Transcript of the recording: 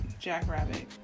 Jackrabbit